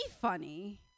funny